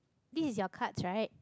this is your cards right